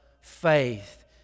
faith